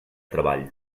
treball